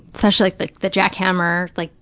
especially like the jackhammer like,